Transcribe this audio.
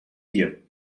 hier